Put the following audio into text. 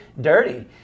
dirty